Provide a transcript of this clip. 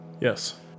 Yes